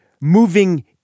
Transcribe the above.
moving